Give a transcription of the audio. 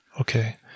Okay